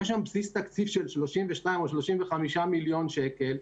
יש שם בסיס תקציב של 32 או 35 מיליון שקלים.